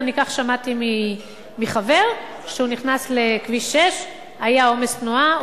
כך שמעתי מחבר שנכנס לכביש 6. היה עומס תנועה,